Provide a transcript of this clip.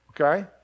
Okay